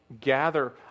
gather